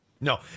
No